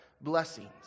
blessings